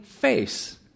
face